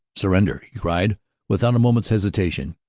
surrender, he cried without a moment's hesitation,